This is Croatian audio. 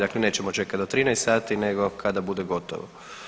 Dakle, nećemo čekati do 13 sati nego kada bude gotovo.